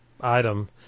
item